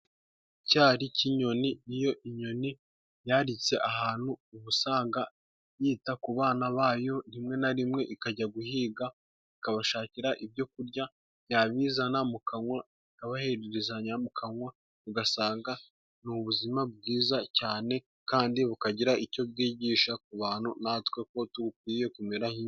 Icyari cy'inyoni, iyo inyoni yaritse ahantu uba usanga yita ku bana bayo. Rimwe na rimwe ikajya guhiga ikabashakira ibyo kurya. Yabizana mu kanwa, ikabahererezanya mu kanwa, ugasanga ni ubuzima bwiza cyane kandi bukagira icyo bwigisha ku bantu natwe ko dukwiye kumera nk'...